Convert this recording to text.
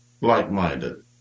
like-minded